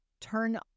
turn